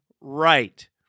right